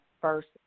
first